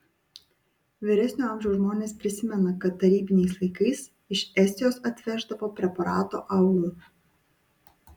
vyresnio amžiaus žmonės prisimena kad tarybiniais laikais iš estijos atveždavo preparato au